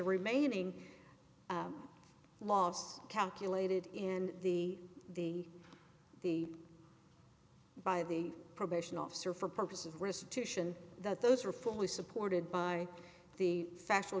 remaining laws calculated in the the the by the probation officer for purposes of restitution that those are fully supported by the factual